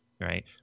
Right